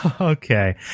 Okay